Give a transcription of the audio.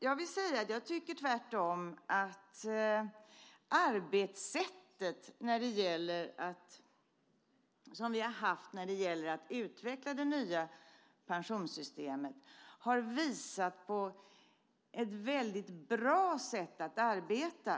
Jag tycker tvärtom att det arbetssätt som vi har haft för att utveckla det nya pensionssystemet har varit ett väldigt bra sätt att arbeta.